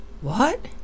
What